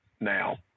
now